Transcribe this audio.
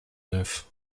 neuf